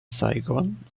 saigon